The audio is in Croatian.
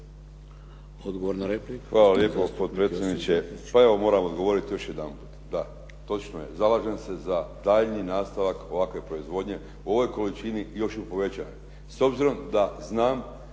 Odgovor na repliku,